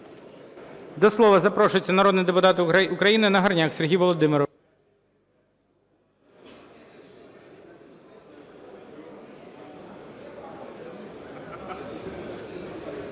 До слова запрошується народний депутат України Нагорняк Сергій Володимирович.